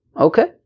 Okay